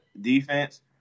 defense